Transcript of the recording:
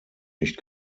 nicht